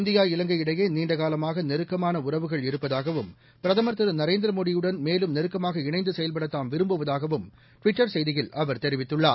India இலங்கை இடையேநீண்டகாலமாகநெருக்கமானஉறவுகள் இருப்பதாகவும் பிரதமர் திரு நரேந்திரமோடியுடன் மேலும் நெருக்கமாக இணைந்தசெயல்படதாம் விரும்புவதாகவும் ட்விட்டர் செய்தியில் அவர் தெரிவித்துள்ளார்